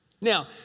Now